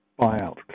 buyout